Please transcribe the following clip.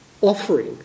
offering